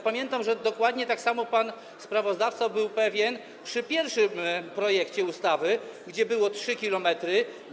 Pamiętam, że dokładnie tak samo pan sprawozdawca był pewien przy pierwszym projekcie ustawy, gdzie był zapis o 3 km.